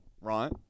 right